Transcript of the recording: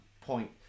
point